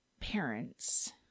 parents